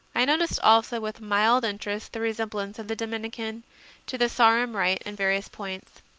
i noticed also with mild interest the resemblance of the dominican to the sarum rite in various points.